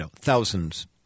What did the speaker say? thousands